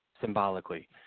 symbolically